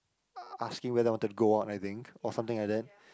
uh asking whether I wanted to go out I think or something like that